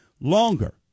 longer